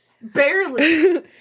Barely